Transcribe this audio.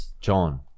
John